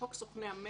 חוק סוכני המכס,